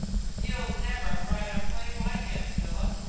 you'll never write a play like it, philip!